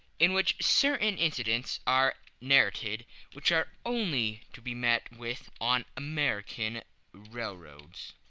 in which certain incidents are narrated which are only to be met with on american railroads